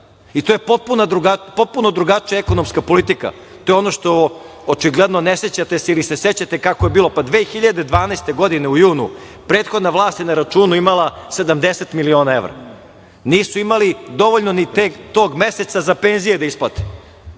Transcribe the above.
To je potpuno drugačija ekonomska politika, to je ono što očigledno ne sećate se ili se sećate kako je bilo, pa 2012. godine u junu, prethodna vlast je na računu imala 70 miliona evra, nisu imali dovoljno ni tog meseca za penzije da isplate.